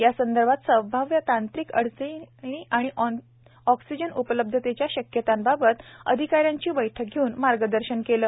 यासंदर्भात संभाव्य तांत्रिक अडीअडचणी आणि ऑक्सिजन उपलब्धतेच्या शक्यतांबाबत अधिकाऱ्यांची बैठक घेऊन मार्गदर्शनही केले